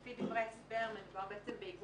לפי דברי ההסבר מדובר ב-....